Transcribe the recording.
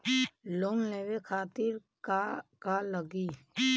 Loan लेवे खातीर का का लगी?